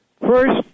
first